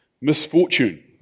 misfortune